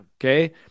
okay